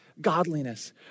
godliness